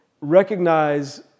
Recognize